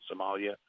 Somalia